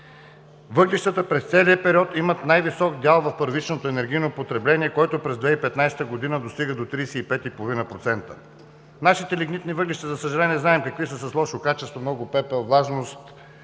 Въглищата през целия период имат най-висок дял в първичното енергийно потребление, което през 2015 г. достига до 35,5 процента. Нашите лигнитни въглища, за съжаление, знаем какви са – с лошо качество, много пепел, влажност,